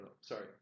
Sorry